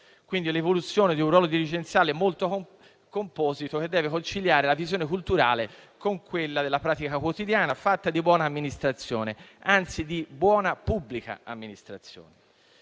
quindi dell'evoluzione di un ruolo dirigenziale molto composito, che deve conciliare la visione culturale con quella della pratica quotidiana, fatta di buona amministrazione, anzi di buona pubblica amministrazione.